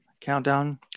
Countdown